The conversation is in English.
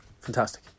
fantastic